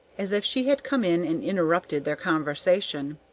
as if she had come in and interrupted their conversation.